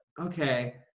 okay